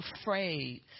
afraid